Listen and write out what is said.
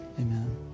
amen